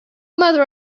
mother